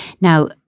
Now